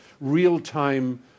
real-time